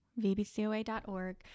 VBCOA.org